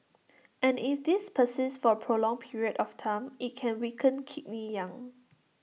and if this persists for A prolonged period of time IT can weaken Kidney Yang